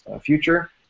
future